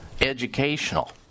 educational